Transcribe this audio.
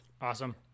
Awesome